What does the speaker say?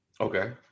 okay